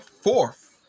fourth